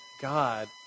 God